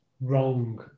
wrong